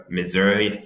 Missouri